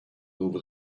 over